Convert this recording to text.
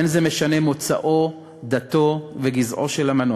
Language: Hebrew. אין זה משנה מוצאו, דתו וגזעו של המנוח,